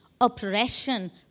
oppression